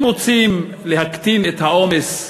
אם רוצים להקטין את העומס,